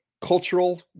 cultural